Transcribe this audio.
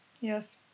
Yes